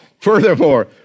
Furthermore